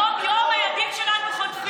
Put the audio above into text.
יום-יום הילדים שלנו חוטפים.